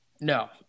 No